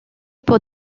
pour